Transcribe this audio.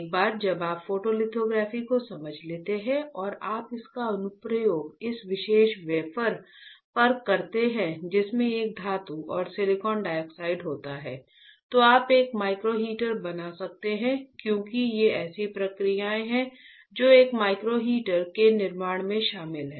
एक बार जब आप फोटोलिथोग्राफी को समझ लेते हैं और आप इसका उपयोग इस विशेष वेफर पर करते हैं जिसमें एक धातु और सिलिकॉन डाइऑक्साइड होता है तो आप एक माइक्रो हीटर बना सकते हैं क्योंकि ये ऐसी प्रक्रियाएं हैं जो एक माइक्रो हीटर के निर्माण में शामिल हैं